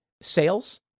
sales